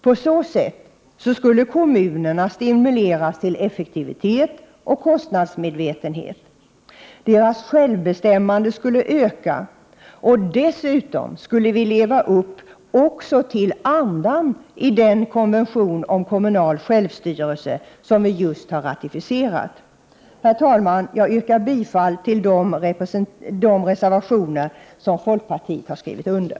På så sätt skulle kommunerna stimuleras till effektivitet och kostnadsmedvetenhet, deras självbestämmande skulle öka, och dessutom skulle vi leva upp också till andan i den konvention om kommunal självstyrelse som vi just har ratificerat. Herr talman! Jag yrkar bifall till de reservationer som folkpartiet har skrivit under.